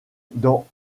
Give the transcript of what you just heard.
dans